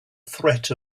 threat